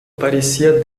parecia